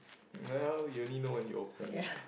well you only know when you open it